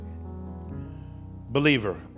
Believer